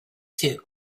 two